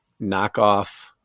knockoff